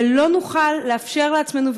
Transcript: ולא נוכל לאפשר לעצמנו,